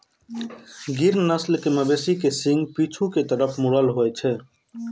गिर नस्ल के मवेशी के सींग पीछू के तरफ मुड़ल होइ छै